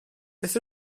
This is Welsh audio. beth